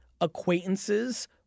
acquaintances